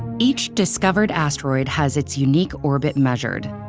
each discovered asteroid has its unique orbit measured.